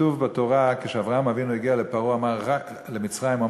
כתוב בתורה שכשאברהם אבינו הגיע למצרים הוא